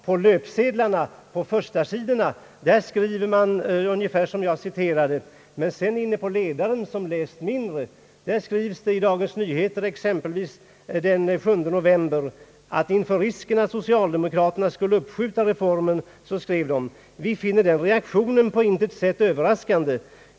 På löpsedlarna och på förstasidorna skriver man ungefär på det sätt som jag citerade, men i ledaren som läses mindre skrivs det exempelvis i Dagens Nyheter den 7 november inför risken att socialdemokraterna skulle uppskjuta reformen: »Vi finner inte den reaktio nen på något sätt överraskande.